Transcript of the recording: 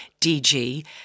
DG